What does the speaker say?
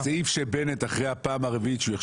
אציין שמלבד הפטור אנחנו מבקשים שבהתאם לסעיף 95ד הוועדה תאשר,